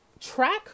track